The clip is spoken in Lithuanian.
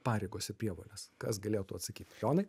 pareigos ir prievolės kas galėtų atsakyt jonai